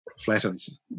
flattens